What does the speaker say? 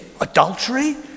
Adultery